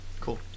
cool